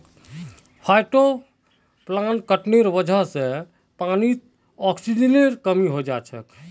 फाइटोप्लांकटनेर वजह से पानीत ऑक्सीजनेर कमी हैं जाछेक